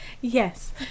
Yes